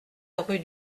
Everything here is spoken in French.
rue